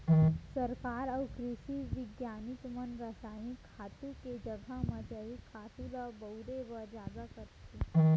सरकार अउ कृसि बिग्यानिक मन रसायनिक खातू के जघा म जैविक खातू ल बउरे बर जादा कथें